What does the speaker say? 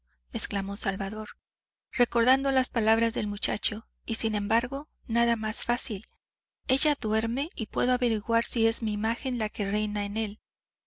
exclamó salvador recordando las palabras del muchacho y sin embargo nada más fácil ella duerme y puedo averiguar si es mi imagen la que reina en él